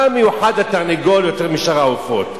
מה מיוחד התרנגול יותר משאר העופות?